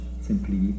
simply